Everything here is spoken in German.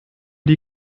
die